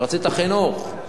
רצית חינוך.